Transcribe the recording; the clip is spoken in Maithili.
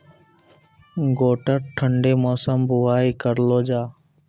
गोटा ठंडी मौसम बुवाई करऽ लो जा?